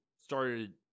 started